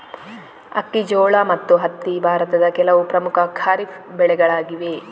ಅಕ್ಕಿ, ಜೋಳ ಮತ್ತು ಹತ್ತಿ ಭಾರತದ ಕೆಲವು ಪ್ರಮುಖ ಖಾರಿಫ್ ಬೆಳೆಗಳಾಗಿವೆ